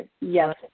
Yes